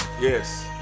Yes